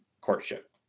courtship